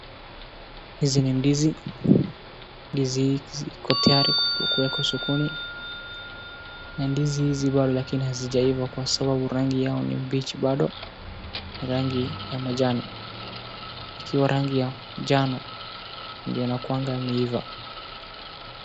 Hizi ni ndizi. Ndizi hizi ziko tayari kuwekwa sokoni na ndizi hizi bado lakini hazijaiva kwa sababu rangi yao ni mbichi bado, rangi ya majani. Ikiwa rangi ya njano ndio inakuanga yameiva.